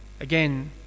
Again